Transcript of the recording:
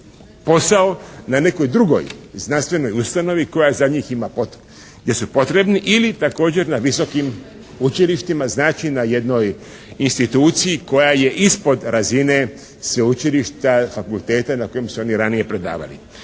posao na nekoj drugoj znanstvenoj ustanovi gdje su potrebni ili također na visokim učilištima, znači na jednoj instituciji koja je ispod razine sveučilišta, fakulteta na kojima su oni ranije predavali.